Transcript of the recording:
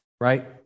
right